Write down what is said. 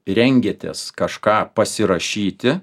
rengiatės kažką pasirašyti